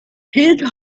his